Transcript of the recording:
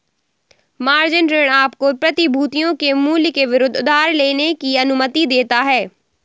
margin ऋण आपको प्रतिभूतियों के मूल्य के विरुद्ध उधार लेने की अनुमति देता है